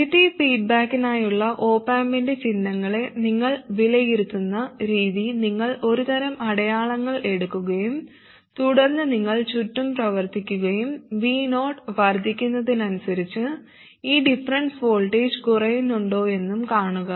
negative ഫീഡ്ബാക്കിനായുള്ള op ആമ്പിന്റെ ചിഹ്നങ്ങളെ നിങ്ങൾ വിലയിരുത്തുന്ന രീതി നിങ്ങൾ ഒരുതരം അടയാളങ്ങൾ എടുക്കുകയും തുടർന്ന് നിങ്ങൾ ചുറ്റും പ്രവർത്തിക്കുകയും Vo വർദ്ധിക്കുന്നതിനനുസരിച്ച് ഈ ഡിഫറൻസ് വോൾട്ടേജ് കുറയുന്നുണ്ടോയെന്നും കാണുക